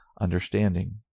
understanding